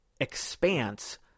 expanse